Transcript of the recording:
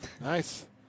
nice